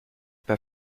pas